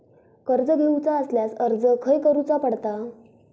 कर्ज घेऊचा असल्यास अर्ज खाय करूचो पडता?